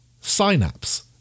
synapse